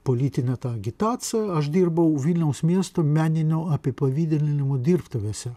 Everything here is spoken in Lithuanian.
politine agitacija aš dirbau vilniaus miesto meninio apipavidalinimo dirbtuvėse